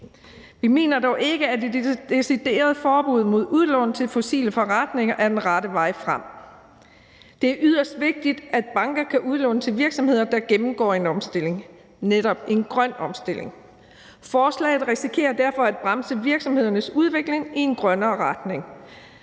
Vi mener dog ikke, at et decideret forbud mod udlån til fossile forretninger er den rette vej frem. Det er yderst vigtigt, at banker kan udlåne til virksomheder, der gennemgår en omstilling, netop en grøn omstilling. Forslaget risikerer derfor at bremse virksomhedernes udvikling i en grønnere retning,